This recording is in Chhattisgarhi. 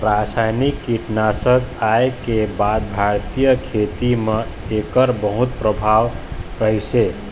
रासायनिक कीटनाशक आए के बाद भारतीय खेती म एकर बहुत प्रभाव रहीसे